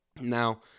Now